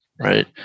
Right